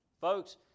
Folks